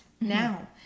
now